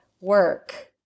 Work